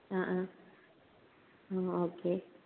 ആ ആ ഓക്കേ